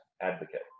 advocate